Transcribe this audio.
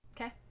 Okay